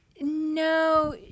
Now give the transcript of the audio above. no